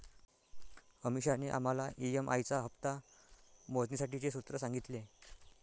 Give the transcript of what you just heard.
अमीषाने आम्हाला ई.एम.आई चा हप्ता मोजण्यासाठीचे सूत्र सांगितले